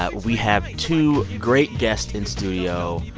ah we have two great guests in studio,